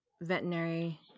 veterinary